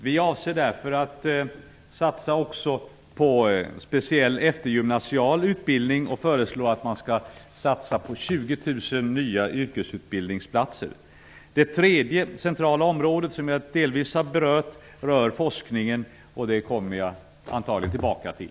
Vi avser därför att satsa också på speciell eftergymnasial utbildning och föreslår att man skall satsa på 20 000 nya yrkesutbildningsplatser. Det tredje centrala området, som jag delvis har berört, rör forskningen, och det kommer jag antagligen tillbaka till.